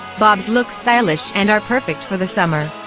bobs look stylish and are perfect for the summer.